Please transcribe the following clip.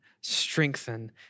strengthen